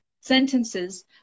sentences